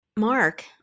mark